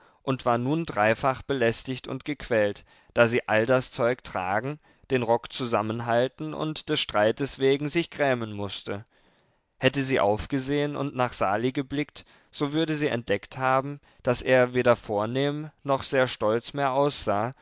und war nun dreifach belästigt und gequält da sie all das zeug tragen den rock zusammenhalten und des streites wegen sich grämen mußte hätte sie aufgesehen und nach sali geblickt so würde sie entdeckt haben daß er weder vornehm noch sehr stolz mehr aussah